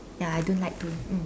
ya I don't like too mm